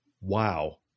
wow